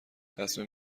تصمیم